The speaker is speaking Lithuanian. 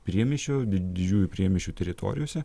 priemiesčio didžiųjų priemiesčių teritorijose